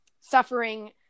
suffering